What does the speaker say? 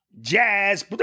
jazz